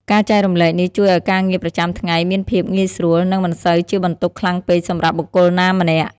ការចែករំលែកនេះជួយឲ្យការងារប្រចាំថ្ងៃមានភាពងាយស្រួល និងមិនសូវជាបន្ទុកខ្លាំងពេកសម្រាប់បុគ្គលណាម្នាក់។